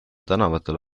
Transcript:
tänavatel